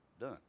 Done